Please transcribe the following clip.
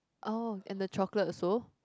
oh and the chocolate also